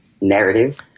narrative